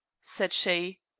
said she.